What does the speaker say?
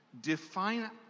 define